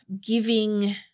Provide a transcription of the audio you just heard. giving